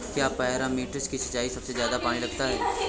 क्या पेपरमिंट की सिंचाई में सबसे ज्यादा पानी लगता है?